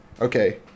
okay